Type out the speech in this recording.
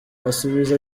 asubiza